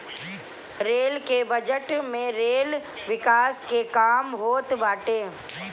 rail के budget में rail विकास के काम होत बाटे